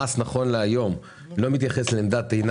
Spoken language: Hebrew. המס נכון להיום לא מתייחס לעמדת טעינה